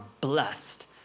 blessed